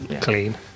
clean